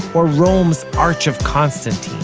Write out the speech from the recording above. or rome's arch of constantine.